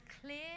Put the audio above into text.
clear